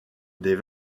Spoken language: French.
des